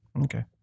Okay